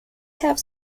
have